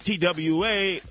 TWA